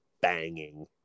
banging